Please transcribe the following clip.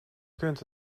kunt